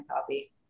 copy